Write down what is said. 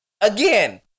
Again